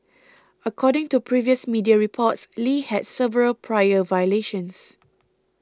according to previous media reports Lee had several prior violations